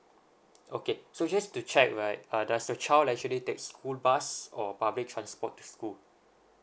okay so just to check right uh does the child actually take school bus or public transport to school